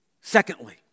Secondly